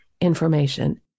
information